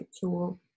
tool